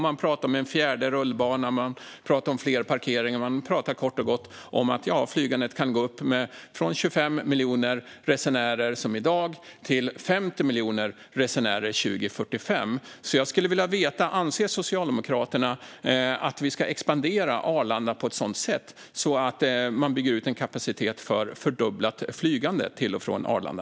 Man talar om en fjärde rullbana, fler parkeringar och kort och gott att flygandet kan gå upp från 25 miljoner resenärer som i dag till 50 miljoner resenärer år 2045. Jag skulle vilja veta: Anser Socialdemokraterna att vi ska expandera Arlanda på ett sådant sätt att man bygger ut en kapacitet för ett fördubblat flygande till och från Arlanda?